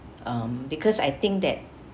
um because I think that